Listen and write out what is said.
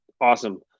awesome